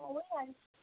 ওই আর